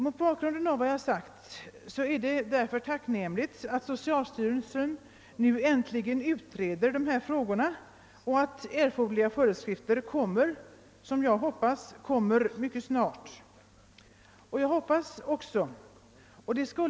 Mot bakgrunden av vad jag sagt är det tacknämligt att socialstyrelsen nu äntligen utreder dessa frågor och att erforderliga föreskrifter med det snaraste utfärdas.